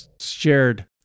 shared